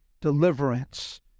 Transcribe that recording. deliverance